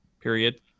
Period